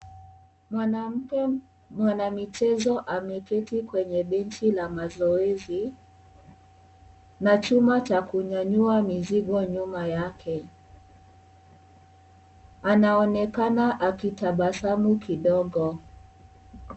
Mwanamke mwanamichezo ameketi kwenye benchi la mazoezi, na chuma cha kunyanyua mizigo nyuma yake, anaonekana akitabasamu kidogo.